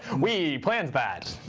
we planned that.